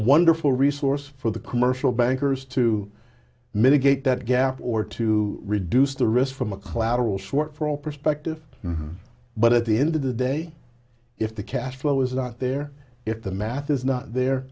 wonderful resource for the commercial bankers to mitigate that gap or to reduce the risk from a clowder will shortfall perspective but at the end of the day if the cash flow is not there if the math is not there